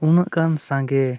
ᱩᱱᱟᱹᱜ ᱜᱟᱱ ᱥᱟᱸᱜᱮ